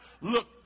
look